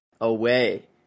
away